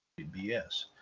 BS